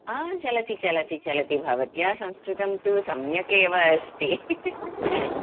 आा चलति चलति चलति भवत्याः संस्कृतं तु सम्यक् एव अस्ति